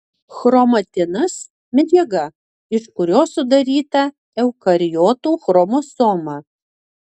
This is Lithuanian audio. chromatinas medžiaga iš kurios sudaryta eukariotų chromosoma